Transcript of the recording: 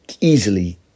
easily